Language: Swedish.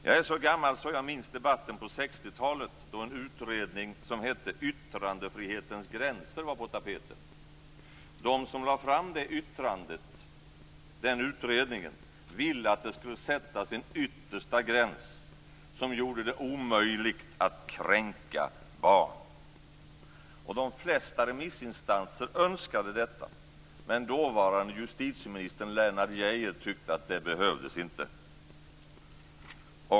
Jag är så gammal att jag minns debatten på 60-talet, då en utredning som hette Yttrandefrihetens gränser var på tapeten. De som lade fram den utredningen ville att det skulle sättas en yttersta gräns som gjorde det omöjligt att kränka barn. De flesta remissinstanser önskade detta, men dåvarande justitieminister Lennart Geijer tyckte att det inte behövdes.